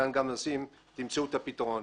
תמצאו את הפתרון.